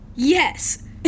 Yes